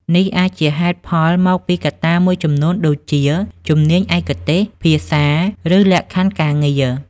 នេះអាចជាហេតុផលមកពីកត្តាមួយចំនួនដូចជា ជំនាញឯកទេស ភាសា ឬលក្ខខណ្ឌការងារ។